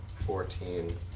Fourteen